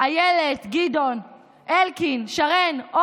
התשנ"ג 1993,